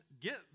get